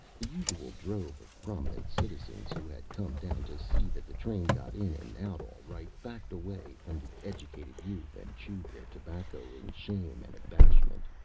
the usual drove of prominent citizens who had come down to see that the train got in and out all right backed away from the educated youth and chewed their tobacco in shame and abashment.